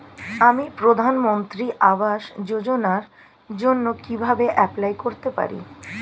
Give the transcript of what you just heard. আমি প্রধানমন্ত্রী আবাস যোজনার জন্য কিভাবে এপ্লাই করতে পারি?